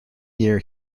year